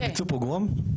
מאוד ביצעו פוגרום?